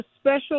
special